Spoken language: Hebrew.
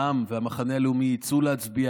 העם והמחנה הלאומי יצאו להצביע.